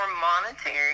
monetary